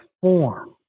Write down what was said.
form